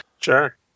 Sure